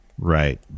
right